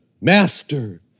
Master